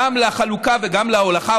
גם לחלוקה וגם להולכה.